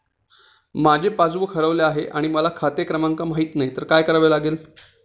माझे पासबूक हरवले आहे आणि मला खाते क्रमांक माहित नाही तर काय करावे लागेल?